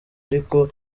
ariko